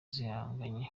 zihanganye